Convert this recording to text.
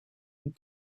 and